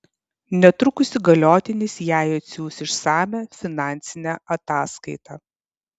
netrukus įgaliotinis jai atsiųs išsamią finansinę ataskaitą